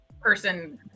person